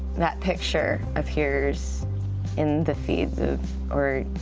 that picture appears in the feeds of